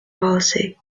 policy